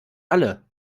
alle